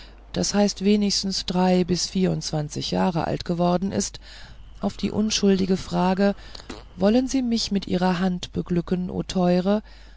das heißt wenigstens drei bis vierundzwanzig jahre alt geworden ist auf die unschuldige frage wollen sie mich mit ihrer hand beglücken o teure